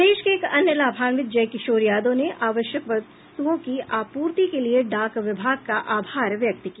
प्रदेश के एक अन्य लाभान्वित जयकिशोर यादव ने आवश्यक वस्तुओं की आपूर्ति के लिए डाक विभाग का आभार व्यक्त किया